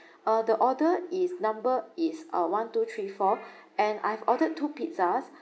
uh the order is number is uh one two three four and I've ordered two pizzas